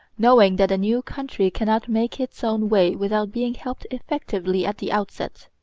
knowing that a new country cannot make its own way without being helped effectively at the outset.